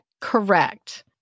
Correct